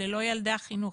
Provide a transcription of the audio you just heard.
אלה לא ילדי החינוך,